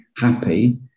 happy